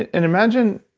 and imagine